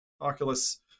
Oculus